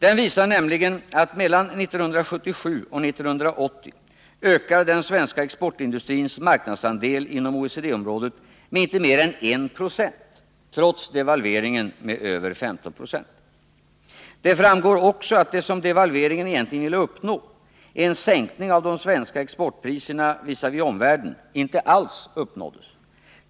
Den visar nämligen att mellan 1977 och 1980 ökade den svenska exportindustrins marknadsandel inom OECD-området med inte mer än 1 96 trots devalveringen med över 15 920. Det framgår också att det som man egentligen ville uppnå med devalveringen — en sänkning av de svenska exportpriserna visavi omvärlden — inte alls uppnåddes.